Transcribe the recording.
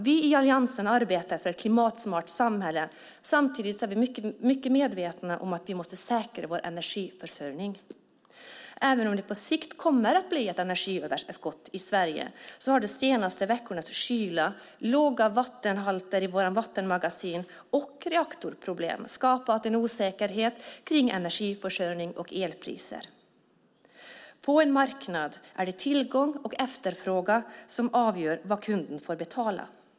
Vi i Alliansen arbetar för ett klimatsmart samhälle samtidigt som vi är mycket medvetna om att vi måste säkra vår energiförsörjning. Även om det på sikt kommer att bli ett energiöverskott i Sverige har de senaste veckornas kyla, låga vattenhalter i våra vattenmagasin samt reaktorproblem skapat en osäkerhet om energiförsörjning och elpriser. På en marknad är det tillgång och efterfrågan som avgör vad kunden får betala.